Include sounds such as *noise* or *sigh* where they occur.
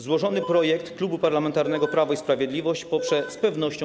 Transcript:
Złożony projekt *noise* Klub Parlamentarny Prawo i Sprawiedliwość poprze z pewnością